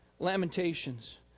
Lamentations